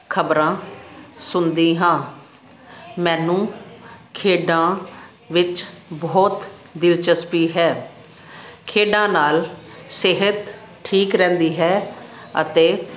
ਖਬਰਾਂ ਸੁਣਦੀ ਹਾਂ ਮੈਨੂੰ ਖੇਡਾਂ ਵਿੱਚ ਬਹੁਤ ਦਿਲਚਸਪੀ ਹੈ ਖੇਡਾਂ ਨਾਲ ਸਿਹਤ ਠੀਕ ਰਹਿੰਦੀ ਹੈ ਅਤੇ